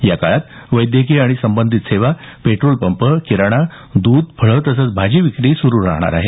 या काळात वैद्यकीय आणि संबंधित सेवा पेट्रोल पंप किराणा द्ध फळं तसंच भाजी विक्री सुरु राहणार आहे